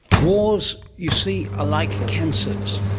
wars, you see, are like cancers.